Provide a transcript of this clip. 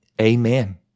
Amen